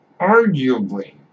arguably